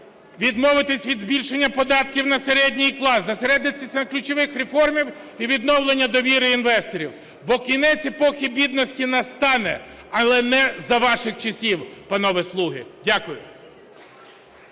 відмовитися від збільшення податків на середній клас, зосередитися на ключових реформах і відновленню довіри інвесторів. Бо кінець епохи бідності настане, але не за ваших часів, панове "слуги". Дякую.